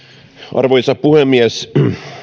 arvoisa puhemies